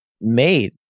made